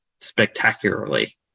spectacularly